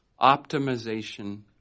optimization